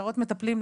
הכשרות מטפלים,